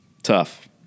Tough